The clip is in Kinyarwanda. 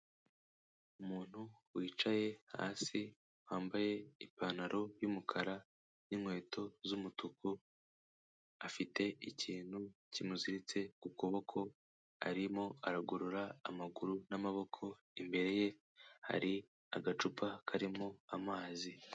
Umuntu wicaye hasi wambaye ipantaro y'umukara n'inkweto z'umutuku, afite ikintu kimuziritse ku kuboko, arimo aragorora amaguru n'amaboko, imbere ye hari agacupa karimo amazi.